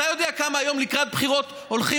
אתה יודע כמה היום לקראת בחירות הולכים